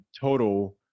total